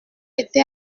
était